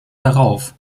darauf